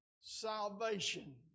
salvation